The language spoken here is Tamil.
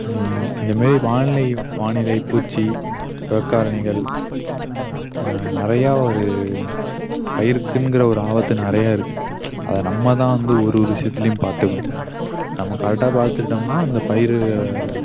இன் இந்தமாரி வானிலை வானிலை பூச்சி புறகாரணிகள் நிறையா ஒரு பயிருக்குன்கிற ஒரு ஆபத்து நிறையா இருக்குத் அதை நம்ம தான் வந்து ஒரு ஒரு விஷயத்துலியும் பார்த்துக்கணும் நம்ம கரெக்டாக பாத்துக்கிட்டோம்னால் அந்த பயிர்